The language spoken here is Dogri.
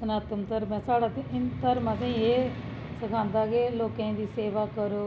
सनातन धर्म ऐ साढ़ा ते हिंदू धर्म असें ई एह् सखांदा कि लोकें दी सेवा करो